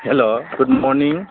हेल' good मरनिं